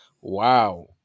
wow